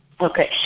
Okay